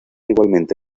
igualmente